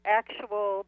actual